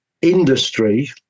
industry